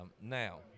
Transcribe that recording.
Now